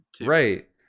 Right